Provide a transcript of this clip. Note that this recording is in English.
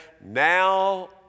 Now